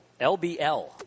LBL